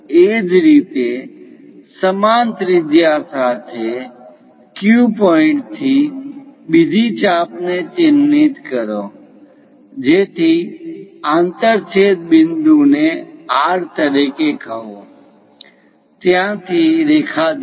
એ જ રીતે સમાન ત્રિજ્યા સાથે Q પોઇન્ટથી બીજી ચાપ ને ચિહ્નિત કરો જેથી આંતરછેદ બિંદુ ને R તરીકે કહો ત્યાંથી રેખા દોરો